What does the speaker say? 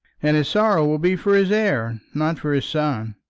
and his sorrow will be for his heir, not for his son.